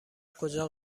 کجا